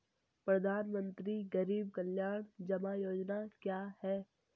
प्रधानमंत्री गरीब कल्याण जमा योजना क्या है?